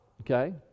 Okay